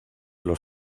los